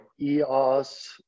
EOS